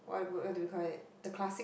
what what do you call it the classic